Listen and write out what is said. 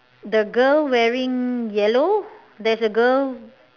the girl wearing yellow there's a girl